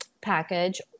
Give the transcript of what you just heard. package